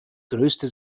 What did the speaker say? größte